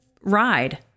ride